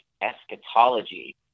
eschatology